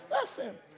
Listen